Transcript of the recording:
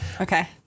Okay